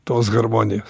tos harmonijos